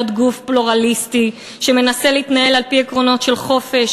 גוף פלורליסטי שמנסה להתנהל על-פי עקרונות של חופש,